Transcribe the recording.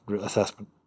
assessment